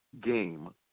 game